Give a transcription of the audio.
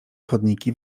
chodniki